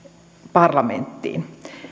parlamenttiin